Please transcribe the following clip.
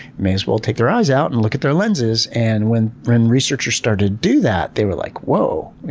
may as well take their eyes out and look at their lenses, and when when researchers started do that, they were like whoa,